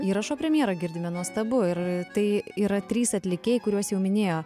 įrašo premjerą girdime nuostabu yra tai yra trys atlikėjai kuriuos jau minėjo